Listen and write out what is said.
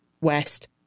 West